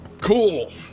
Cool